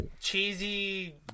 cheesy